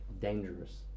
dangerous